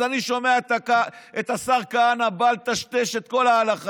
אז אני שומע את השר כהנא בא לטשטש את כל ההלכה,